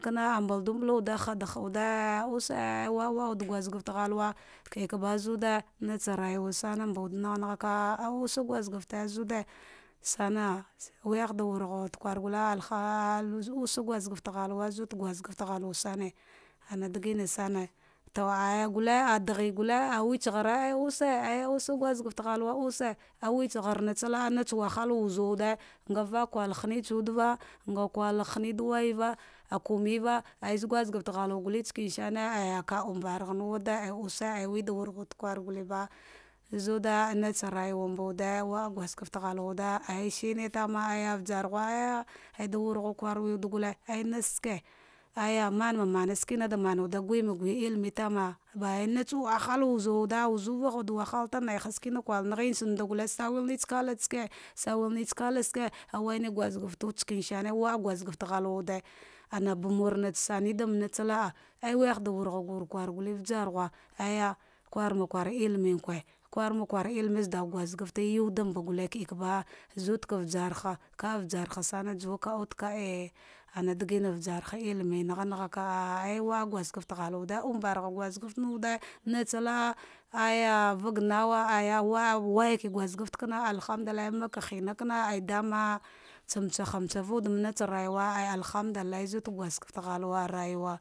Kana a mbaldumahwade, hade hadiwude wa waah wude gasket halwa kadiba zata rawa sone mbawude eh aise gasket znde sama wayah dawura wude kwar gule alhandlul hi oase guskefre ghalwa zude guskefte gh alwe sane, ana digina sane to ayya gule adaghi ousa ghawa awitselgel natsa la'a, natsa wahala wuzu wude nga vakakwar ha nai tsa wudeva nga kwar hana dawayva, akumeva ay azguskefe ghawa gufe skane sane ka umba ghan wude we dawargha wade lewa guleba azude natsa za uwa juwvadembe waah gaskefa wude ay shrie tama ayga vasurghu ajza wargha kuwe wu gule lenassake aya maman skenada gul thmud tana natsa wakal wuza wude awuzuvaha wude ah walalta, skena kwarangtsa nda gule natsa vala tse ske asawal natsa valatsa ske swada gunefe anabamar sanje damanatsa la'ah awaihada wuwad kurgula warghu gwama ilimenyne kuma kur zahghe da guskefte dambe gule kanaliba zudka vjarha aha digma warha lime nanaghaka wa'ah guskake ghalwaka adumbargha gaskefe mwude natsa la'ah aja vaganawa ayawa'ah waya ki gaskefe kana alhamdulullah makama karama tsamotsan hana ghsta va wuɗe manatsa ra juwa alhamdullah zude guske foe ghalwa.